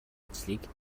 ажлыг